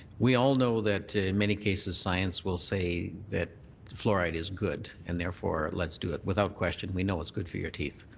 we all know that in many cases science will say that fluoride is good and therefore let's do it, without question, we know it's good for your teeth.